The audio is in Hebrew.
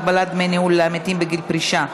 הגבלת דמי ניהול לעמיתים בגיל פרישה),